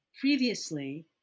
previously